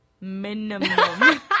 Minimum